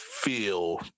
feel